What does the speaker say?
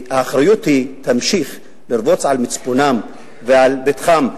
והאחריות תמשיך לרבוץ על מצפונם ועל פתחם.